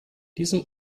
diesem